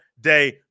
day